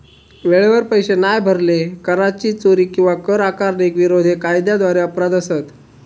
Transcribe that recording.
वेळेवर पैशे नाय भरले, कराची चोरी किंवा कर आकारणीक विरोध हे कायद्याद्वारे अपराध असत